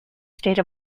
state